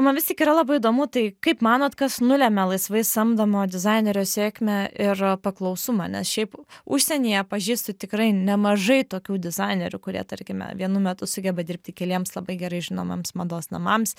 man vis tik yra labai įdomu tai kaip manot kas nulemia laisvai samdomo dizainerio sėkmę ir paklausumą nes šiaip užsienyje pažįstu tikrai nemažai tokių dizainerių kurie tarkime vienu metu sugeba dirbti keliems labai gerai žinomiems mados namams